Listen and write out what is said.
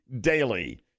daily